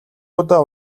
удаа